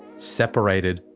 seperated,